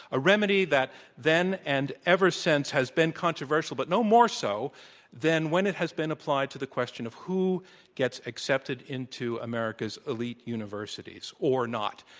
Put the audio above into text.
a remedy that then and ever since has been controversial, but no more so than when it has been applied to the question of who gets accepted into america's elite universities or not.